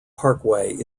parkway